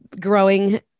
growing